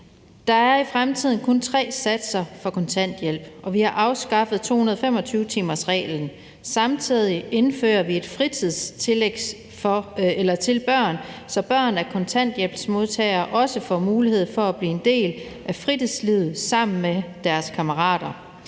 Der er i fremtiden kun tre satser for kontanthjælp, og vi har afskaffet 225-timersreglen. Samtidig indfører vi et fritidstillæg til børn, så børn af kontanthjælpsmodtagere også får mulighed for at blive en del af fritidslivet sammen med deres kammerater.